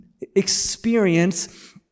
experience